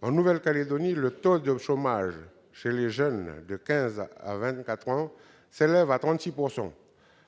En Nouvelle-Calédonie, le taux de chômage chez les jeunes de 15 à 24 ans s'élève à 36 %.